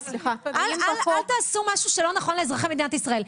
אל תעשו משהו שהוא לא נכון לאזרחי מדינת ישראל.